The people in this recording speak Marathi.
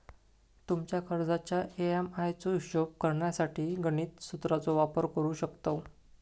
तुमच्या कर्जाच्या ए.एम.आय चो हिशोब करण्यासाठी गणिती सुत्राचो वापर करू शकतव